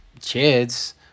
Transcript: kids